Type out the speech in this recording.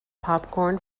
popcorn